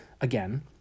again